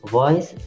voice